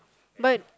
but